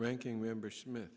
ranking member smith